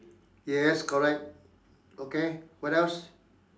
yes correct okay what else